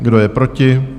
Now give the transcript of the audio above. Kdo je proti?